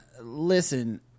listen